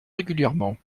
régulièrement